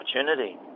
opportunity